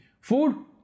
Food